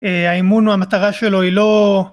האימון הוא המטרה שלו, היא לא.